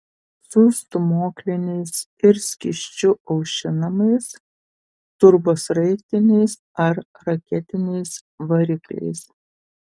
su stūmokliniais ir skysčiu aušinamais turbosraigtiniais ar raketiniais varikliais